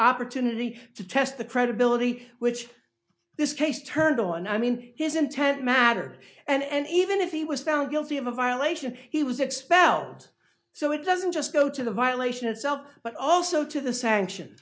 opportunity to test the credibility which this case turned on i mean his intent mattered and even if he was found guilty of a violation he was expelled so it doesn't just go to the violation itself but also to the sanctions